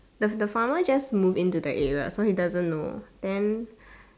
does the farmer just move into the area so he doesn't know then